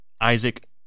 Isaac